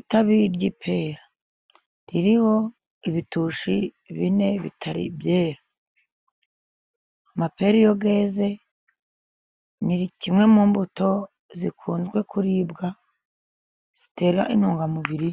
Itabi ry'ipera ririho ibitushi bine bitari byera, amapera iyo yeze ni kimwe mu mbuto zikunzwe kuribwa, zitera intungamubiri